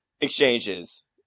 exchanges